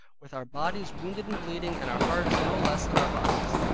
with our bodies wounded and bleeding, and our hearts no less than our bodies.